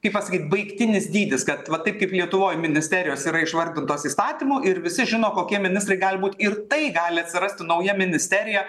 kaip pasakyt baigtinis dydis kad va taip kaip lietuvoj ministerijos yra išvardintos įstatymu ir visi žino kokie ministrai gali būti ir tai gali atsirasti nauja ministerija